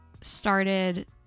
started